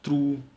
through